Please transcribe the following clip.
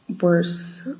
worse